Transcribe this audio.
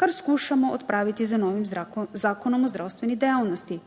Kar skušamo odpraviti z novim zakonom o zdravstveni dejavnosti